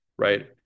right